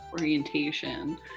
orientation